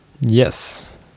Yes